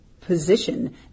position